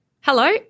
Hello